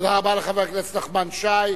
תודה רבה לחבר הכנסת נחמן שי.